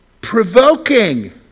Provoking